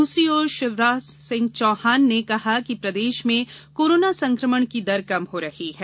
दूसरी ओर शिवराज सिंह चौहान ने कहा कि प्रदेश में कोरोना संकमण की दर कम हो रही है